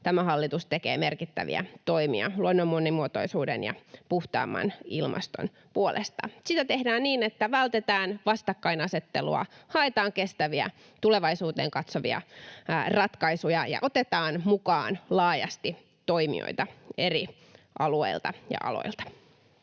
tämä hallitus tekee merkittäviä toimia luonnon monimuotoisuuden ja puhtaamman ilmaston puolesta. Sitä tehdään niin, että vältetään vastakkainasettelua, haetaan kestäviä, tulevaisuuteen katsovia ratkaisuja ja otetaan mukaan laajasti toimijoita eri alueilta ja aloilta.